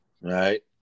Right